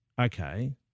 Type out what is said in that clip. Okay